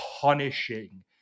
punishing